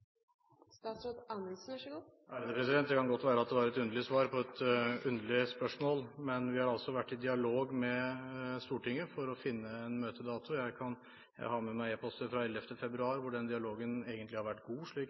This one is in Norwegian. Det kan godt være at det var et underlig svar på et underlig spørsmål, men vi har altså vært i dialog med Stortinget for å finne en møtedato. Jeg har med meg e-poster fra 11. februar hvor den dialogen egentlig har vært god, slik